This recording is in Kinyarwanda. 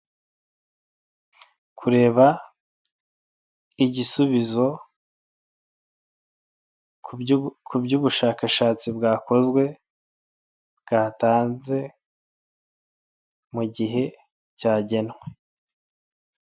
Kureba igisubizo ku by'ubushakashatsi bwakozwe bwatanze mu gihe cyagenwe.